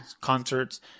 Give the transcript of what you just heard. Concerts